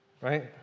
right